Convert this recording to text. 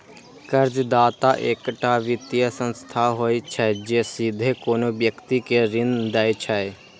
कर्जदाता एकटा वित्तीय संस्था होइ छै, जे सीधे कोनो व्यक्ति कें ऋण दै छै